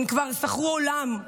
הן כבר שכרו אולם,